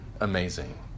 amazing